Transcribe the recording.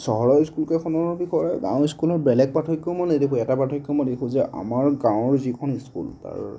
চহৰৰ স্কুল কেইখনৰ বিষয়ে গাঁৱৰ স্কুলত বেলেগ পাৰ্থক্য মই নেদেখোঁ এটা পাৰ্থক্য মই দেখোঁ যে আমাৰ গাঁৱৰ যিখন স্কুল তাৰ